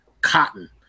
cotton